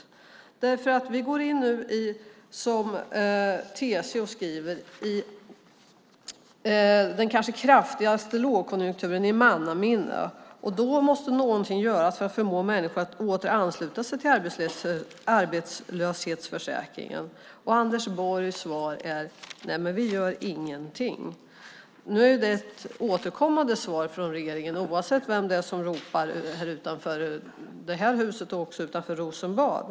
TCO skriver att vi nu går in i den kanske kraftigaste lågkonjunkturen i mannaminne. Då måste någonting göras för att förmå människor att åter ansluta sig till arbetslöshetsförsäkringen. Anders Borgs svar är: Nej, vi gör ingenting. Det är ett återkommande svar från regeringen oavsett vem det är som ropar utanför det här huset och även utanför Rosenbad.